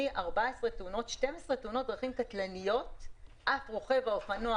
12 תאונות דרכים קטלניות שבהן רוכב האופנוע